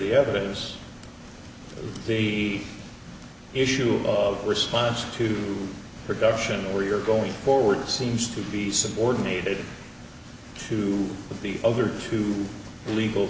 the evidence the issue of response to production or you're going forward seems to be subordinated to the other two legal